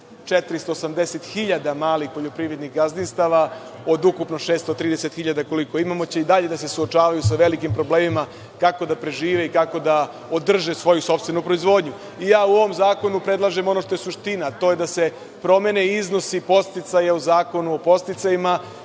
oko 480 hiljada malih poljoprivrednih gazdinstava od ukupno 630 hiljada, koliko imamo, će i dalje da se suočavaju sa velikim problemima kako da prežive i kako da održe svoju sopstvenu proizvodnju.U ovom zakonu predlažem ono što je suština, a to je da se promene iznosi podsticaja u Zakonu o podsticajima